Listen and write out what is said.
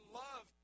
love